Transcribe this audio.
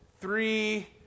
three